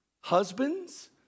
Husbands